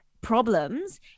problems